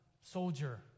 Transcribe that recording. soldier